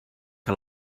que